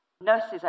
Nurses